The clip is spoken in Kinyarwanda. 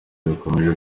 bikomeje